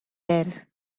air